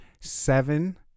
Seven